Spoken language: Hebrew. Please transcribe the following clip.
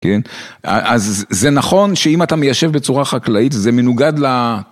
כן? אז זה נכון שאם אתה מיישב בצורה חקלאית זה מנוגד ל...